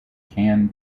can